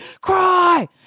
cry